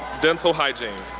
dental hygiene.